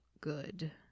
good